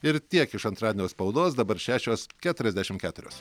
ir tiek iš antradienio spaudos dabar šešios keturiasdešim keturios